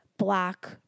black